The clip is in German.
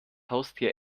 haustier